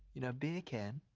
you know, beer can?